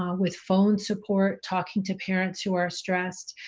um with phone support, talking to parents who are stressed,